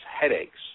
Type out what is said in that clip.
headaches